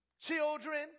Children